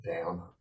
down